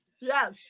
Yes